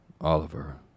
Oliver